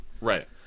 Right